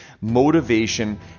motivation